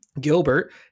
Gilbert